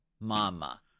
Mama